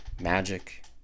magic